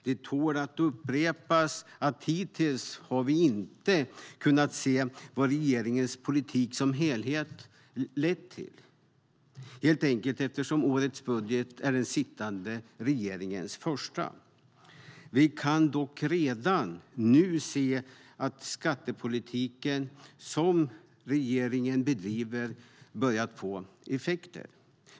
Det tål att upprepas att vi hittills inte har kunnat se vad regeringens politik som helhet leder till - helt enkelt eftersom årets budget är den sittande regeringens första. Vi kan dock redan se att den skattepolitik regeringen bedriver börjat få effekter.